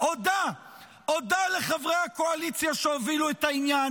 הודה לחברי הקואליציה שהובילו את העניין.